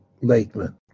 Lakeman